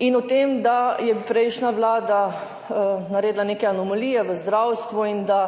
In o tem, da je prejšnja vlada naredila neke anomalije v zdravstvu in da